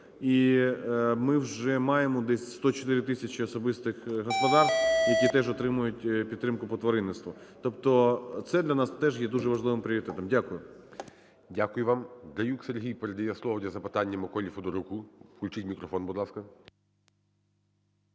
І ми вже маємо десь 104 тисячі особистих господарств, які теж отримують підтримку по тваринництву. Тобто це для нас теж є дуже важливим пріоритетом. Дякую. ГОЛОВУЮЧИЙ. Дякую вам. ДраюкСергій передає слово для запитання МиколіФедоруку. Включить мікрофон, будь ласка.